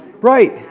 Right